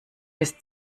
bis